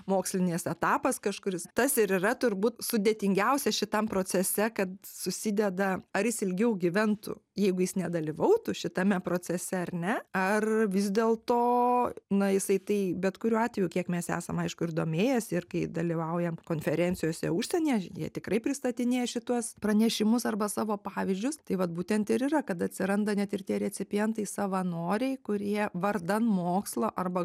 mokslinis etapas kažkuris tas ir yra turbūt sudėtingiausia šitam procese kad susideda ar jis ilgiau gyventų jeigu jis nedalyvautų šitame procese ar ne ar vis dėl to na jisai tai bet kuriuo atveju kiek mes esam aišku ir domėjęsi ir kai dalyvaujam konferencijose užsienyje jie tikrai pristatinėja šituos pranešimus arba savo pavyzdžius tai vat būtent ir yra kad atsiranda net ir tie recipientai savanoriai kurie vardan mokslo arba